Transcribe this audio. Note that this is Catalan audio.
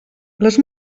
les